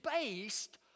based